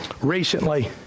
recently